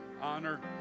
honor